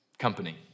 company